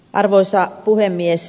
arvoisa puhemies